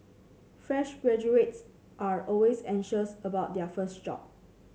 fresh graduates are always anxious about their first job